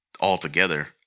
altogether